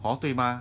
hor 对吗